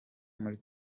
muri